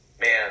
man